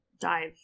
dive